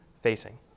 facing